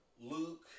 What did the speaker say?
Luke